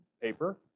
paper